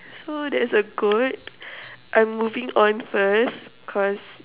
so there's a goat I'm moving on first because